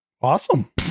awesome